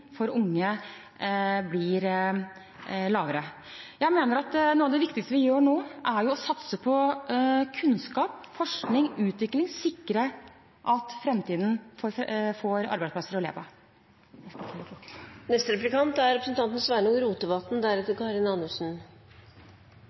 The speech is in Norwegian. for unge blir lavere. Jeg mener at noe av det viktigste vi gjør nå, er å satse på kunnskap, forskning, utvikling og å sikre at framtiden får arbeidsplasser å leve av.